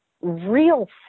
real